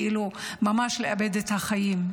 ממש לאבד את החיים.